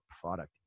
product